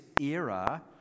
era